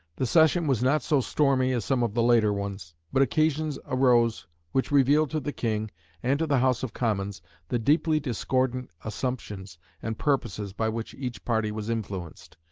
the session was not so stormy as some of the later ones but occasions arose which revealed to the king and to the house of commons the deeply discordant assumptions and purposes by which each party was influenced,